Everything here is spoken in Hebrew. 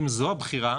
אם זאת הבחירה,